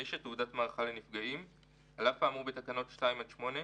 אחרים תעודת 9. על אף האמור בתקנות 2 עד 8,